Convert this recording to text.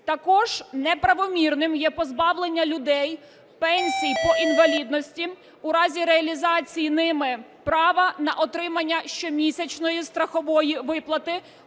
Також неправомірним є позбавлення людей пенсій по інвалідності у разі реалізації ними права на отримання щомісячної страхової виплати